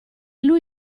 lui